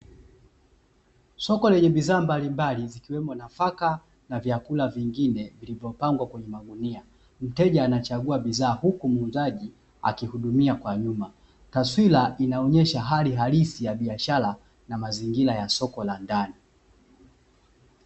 Soko lenye bidhaa mbalimbali zikiwemo nafaka na vyakula vingine vilivyopangwa kwenye magunia. Mteja anachagua bidhaa huku muuzaji akihudumia kwa nyuma. Taswira inaonyesha hali halisi ya biashara na mazingira ya soko la ndani.